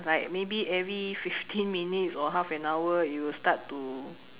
like maybe every fifteen minutes or half an hour it will start to